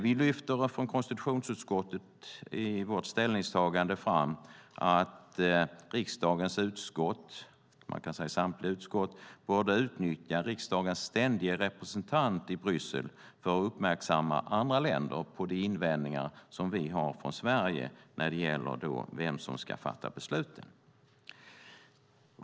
Vi lyfter i vårt ställningstagande från konstitutionsutskottet fram att riksdagens samtliga utskott borde utnyttja riksdagens ständige representant i Bryssel för att uppmärksamma andra länder på de invändningar som vi har från Sverige när det gäller vem som ska fatta besluten.